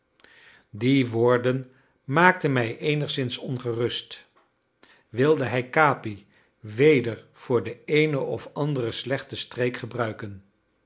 die woorden maakten mij eenigszins ongerust wilde hij capi weder voor de eene of andere slechte streek gebruiken